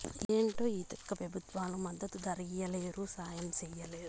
ఏంటో ఈ తిక్క పెబుత్వాలు మద్దతు ధరియ్యలేవు, సాయం చెయ్యలేరు